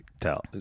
tell